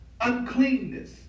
uncleanness